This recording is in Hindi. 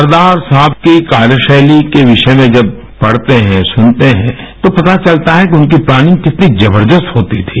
सरदार साहब की कार्यशैली के विषय में जब पढ़ते हैं सुनते हैं तो पता चलता है कि उनकी प्लैनिंग कितनी जबरदस्त होती थी